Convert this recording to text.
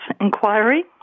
inquiry